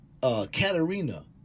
Katerina